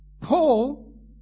Paul